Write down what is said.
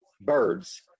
birds